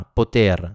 poter